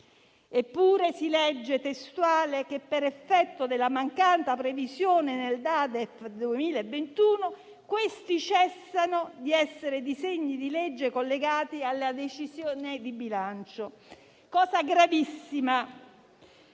Eppure, si legge testualmente che, per effetto della mancata previsione nella NADEF 2021, questi cessano di essere disegni di legge collegati alla decisione di bilancio. È una cosa gravissima,